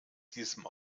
diesem